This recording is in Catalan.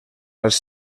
als